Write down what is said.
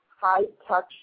high-touch